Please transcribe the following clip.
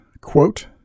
quote